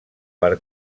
per